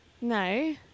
No